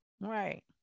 Right